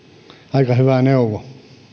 aika hyvä neuvo